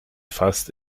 fast